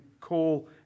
call